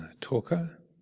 talker